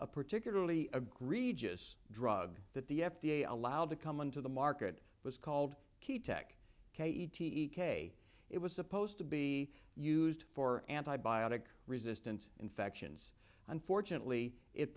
a particularly agreed just drug that the f d a allowed to come into the market was called key tech k e t e k it was supposed to be used for antibiotic resistant infections unfortunately it